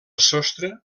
sostre